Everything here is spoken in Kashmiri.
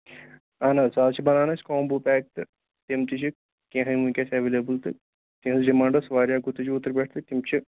اَہَن حظ آز چھِ بنان اَسہِ کامبو پیک تہٕ تِم تہِ چھِ کینٛہہ ہٕے وٕنۍکٮ۪س اٮ۪ویلیبٕل تہٕ تِہٕنٛز ڈِمانٛڈ ٲس واریاہ گُتٕج اوترٕ پٮ۪ٹھ تہٕ تِم چھِ